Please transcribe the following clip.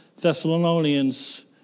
Thessalonians